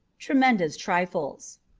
tremendous trifles.